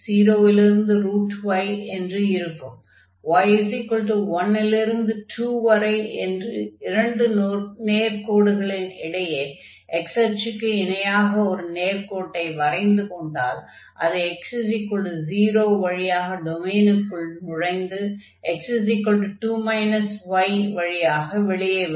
y 1 லிருந்து y 2 வரை என்ற இரண்டு நேர்க்கோடுகளின் இடையே x அச்சுக்கு இணையாக ஒரு நேர்க்கோட்டை வரைந்துக் கொண்டால் அது x0 வழியாக டொமைனுக்குள் நுழைந்து x 2 y வழியாக வெளியே வரும்